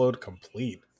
complete